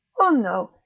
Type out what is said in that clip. oh no.